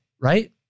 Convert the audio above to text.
right